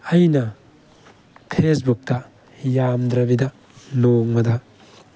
ꯑꯩꯅ ꯐꯦꯁꯕꯨꯛꯇ ꯌꯥꯝꯗ꯭ꯔꯕꯤꯗ ꯅꯣꯡꯃꯗ